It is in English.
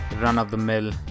run-of-the-mill